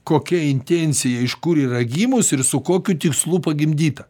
kokia intencija iš kur yra gimusi ir su kokiu tikslu pagimdyta